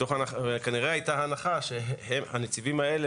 כנראה הייתה הנחה שהנציבים האלה